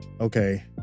okay